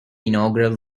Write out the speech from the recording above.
inaugural